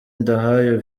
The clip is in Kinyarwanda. ndahayo